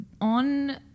On